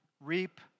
reap